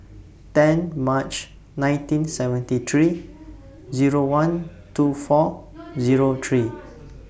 ten March nineteen seventy three Zero one two four Zero three